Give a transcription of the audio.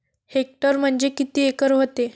Hectare म्हणजे किती acre व्हते?